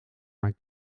mijn